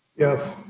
yes.